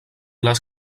les